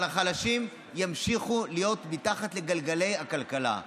אבל החלשים ימשיכו להיות מתחת לגלגלי הכלכלה.